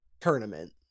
tournament